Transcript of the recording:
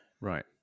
Right